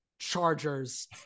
chargers